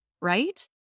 right